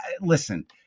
listen –